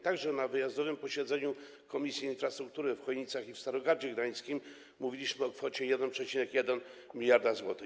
Także na wyjazdowych posiedzeniach Komisji Infrastruktury w Chojnicach i w Starogardzie Gdańskim mówiliśmy o kwocie 1,1 mld zł.